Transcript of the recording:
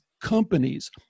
companies